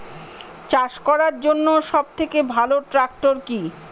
চাষ করার জন্য সবথেকে ভালো ট্র্যাক্টর কি?